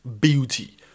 beauty